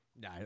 No